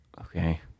Okay